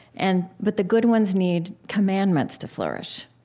and but the good ones need commandments to flourish.